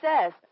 says